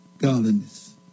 godliness